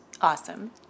Awesome